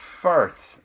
farts